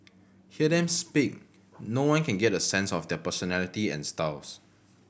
hear them speak no one can get a sense of their personality and styles